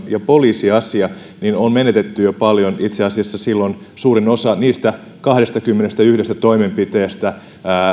ja poliisiasia on menetetty jo paljon itse asiassa suurin osa niistä kahdestakymmenestäyhdestä toimenpiteestä